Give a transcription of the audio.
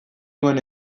nuen